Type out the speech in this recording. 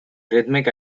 rhythmic